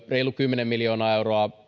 reilu kymmenen miljoonaa euroa